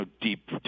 deep